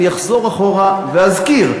אני אחזור אחורה ואזכיר,